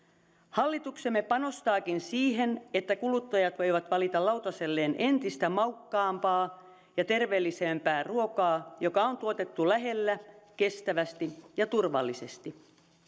hallituksemme panostaakin siihen että kuluttajat voivat valita lautaselleen entistä maukkaampaa ja terveellisempää ruokaa joka on tuotettu lähellä kestävästi ja turvallisesti